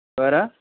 बरं